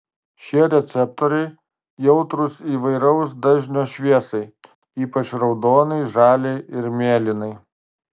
šie receptoriai jautrūs įvairaus dažnio šviesai ypač raudonai žaliai ir mėlynai